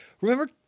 remember